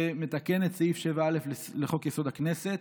שמתקן את סעיף 7א לחוק-יסוד: הכנסת,